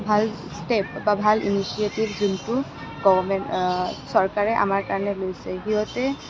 ভাল ষ্টেপ বা ভাল ইনিচিয়েটিভ যোনটো চৰকাৰে আমাৰ কাৰণে লৈছে সিহঁতে